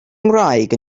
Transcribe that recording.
ngwraig